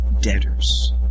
debtors